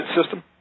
system